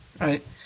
right